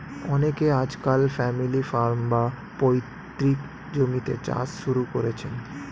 অনেকে আজকাল family farm, বা পৈতৃক জমিতে চাষ শুরু করেছেন